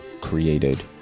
created